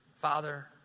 Father